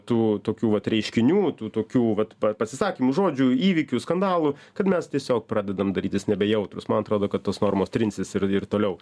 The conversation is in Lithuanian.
tų tokių vat reiškinių tų tokių vat pa pasisakymų žodžių įvykių skandalų kad mes tiesiog pradedam darytis nebejautrūs man atrodo kad tos normos trinsis ir ir toliau